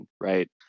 right